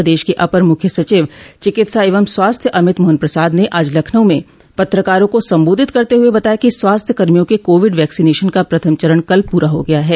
प्रदेश क अपर मुख्य सचिव चिकित्सा एवं स्वास्थ्य अमित मोहन प्रसाद ने आज लखनऊ में पत्रकारों को संबोधित करते हुए बताया कि स्वास्थ्य कर्मियों के कोविड वैक्सीनेशन का प्रथम चरण कल पूरा हो गया है